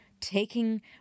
taking